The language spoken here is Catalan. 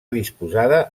disposada